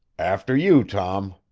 after you, tom.